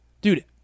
Dude